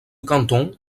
canton